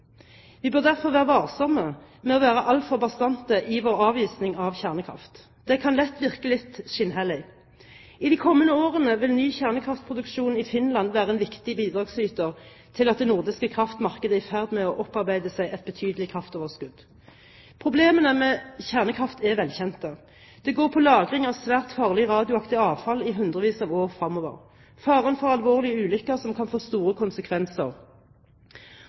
Vi bør derfor være varsomme med å være altfor bastante i vår avvisning av kjernekraft. Det kan lett virke litt skinnhellig. I de kommende årene vil ny kjernekraftproduksjon i Finland være en viktig bidragsyter til at det nordiske kraftmarkedet er i ferd med å opparbeide seg et betydelig kraftoverskudd. Problemene med kjernekraft er velkjente. Det går på lagring av svært farlig radioaktivt avfall i hundrevis av år fremover, faren for alvorlige ulykker som kan få store konsekvenser,